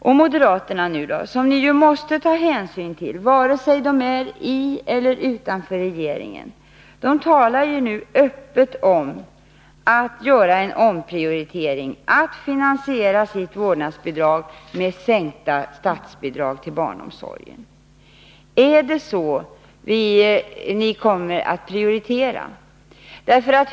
Och moderaterna, som ni måste ta hänsyn till vare sig de är i eller utanför regeringen, talar nu öppet om att göra en omprioritering, att finansiera sitt vårdnadsbidrag med sänkta statsbidrag till barnomsorgen. Är det så ni kommer att prioritera?